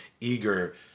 eager